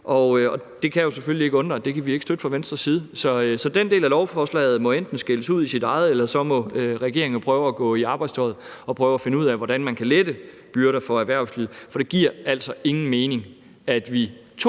Og det kan jo selvfølgelig ikke undre, at det ikke er noget, vi kan støtte fra Venstres side. Så den del af lovforslaget må enten skilles ud i sit eget, eller også må regeringen trække i arbejdstøjet og prøve finde ud af, hvordan man kan lette byrder for erhvervslivet. For det giver altså ingen mening, at vi 2